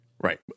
Right